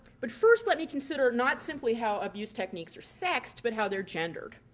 but first let me consider not simply how abuse techniques are sexed, but how they're gendered.